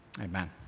Amen